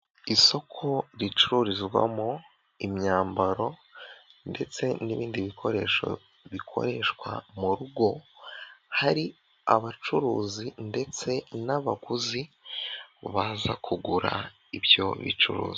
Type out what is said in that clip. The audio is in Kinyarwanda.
Isoko ricururizwamo imyambaro ndetse n'ibindi bikoresho bikoreshwa mu rugo, hari abacuruzi ndetse n'abaguzi baza kugura ibyo bicuruzwa.